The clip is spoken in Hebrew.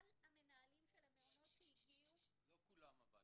כל המנהלים של המעונות שהגיעו --- אבל לא כולם.